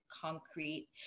concrete